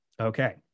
Okay